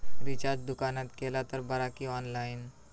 Recharge दुकानात केला तर बरा की ऑनलाइन?